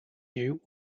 you